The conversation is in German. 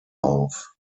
auf